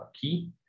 key